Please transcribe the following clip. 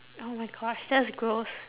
oh my gosh that's gross